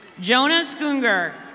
jonas goonger.